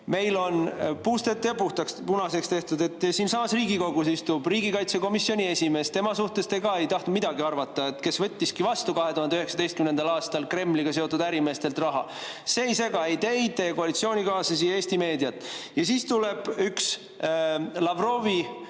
meil on puust ette ja punaseks tehtud. Siinsamas Riigikogus istub riigikaitsekomisjoni esimees – tema suhtes te ka ei tahtnud midagi arvata –, kes võttiski 2019. aastal Kremliga seotud ärimeestelt vastu raha. See ei sega ei teid, teie koalitsioonikaaslasi ega Eesti meediat. Siis tuleb üks Lavrovi